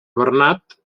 bernat